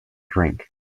drink